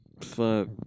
Fuck